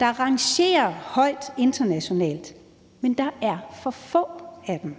der rangerer højt internationalt, men der er for få af dem.